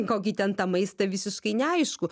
kokį ten tą maistą visiškai neaišku